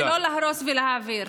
ולא להרוס ולהעביר.